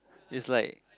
it's like